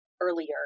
earlier